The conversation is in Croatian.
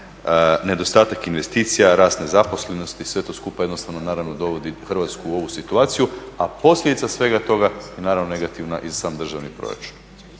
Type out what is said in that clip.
nedostatak investicija, rast nezaposlenosti, sve to skupa jednostavno naravno dovodi Hrvatsku u ovu situaciju, a posljedica svega toga je naravno negativan i sam državni proračun.